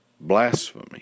blasphemy